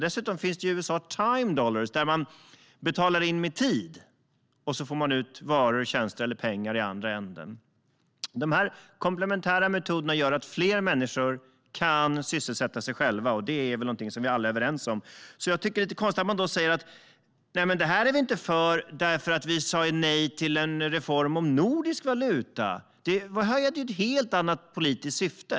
Dessutom finns det i USA time dollars där man betalar med tid, och sedan får man ut varor, tjänster eller pengar för den tiden. De komplementära metoderna gör att fler människor kan sysselsätta sig själva, och det är väl någonting som vi alla är överens om är bra. Jag tycker att det är lite konstigt att man då säger att man inte är för detta eftersom man sa nej till en reform om nordisk valuta. Det hade ju ett helt annat politiskt syfte.